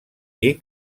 dir